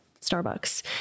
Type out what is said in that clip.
Starbucks